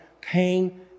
pain